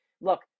Look